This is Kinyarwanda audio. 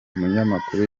umunyamakuru